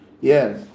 Yes